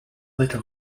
little